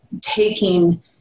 taking